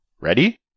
Ready